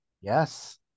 Yes